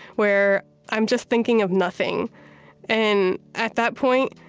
where i'm just thinking of nothing and at that point,